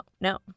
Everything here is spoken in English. no